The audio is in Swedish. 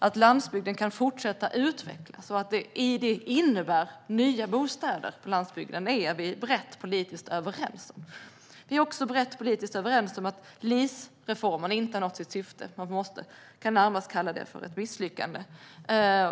Att landsbygden kan fortsätta utvecklas och att det innebär nya bostäder på landsbygden är vi brett politiskt överens om. Vi är också brett politiskt överens om att LIS-reformen inte har nått sitt syfte och närmast kan kallas ett misslyckande.